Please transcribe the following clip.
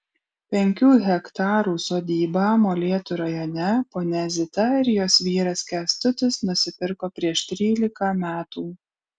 penkių hektarų sodybą molėtų rajone ponia zita ir jos vyras kęstutis nusipirko prieš trylika metų